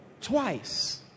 twice